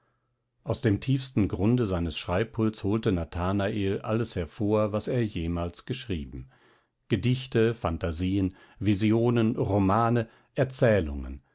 aus dem tiefsten grunde des schreibpults holte nathanael alles hervor was er jemals geschrieben gedichte fantasien visionen romane erzählungen